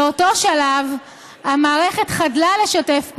באותו שלב המערכת חדלה לשתף פעולה,